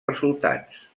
resultats